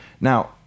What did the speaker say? Now